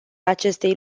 acestei